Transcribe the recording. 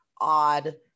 odd